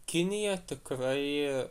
kinija tikrai